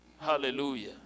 hallelujah